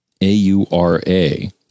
A-U-R-A